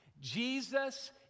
Jesus